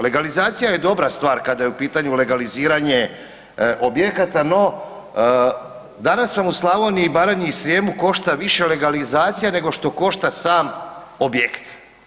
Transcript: Legalizacija je dobra stvar kada je u pitanju legaliziranje objekata no danas vam u Slavoniji, Baranji i Srijemu košta više legalizacija nego što košta sam objekt.